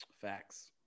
Facts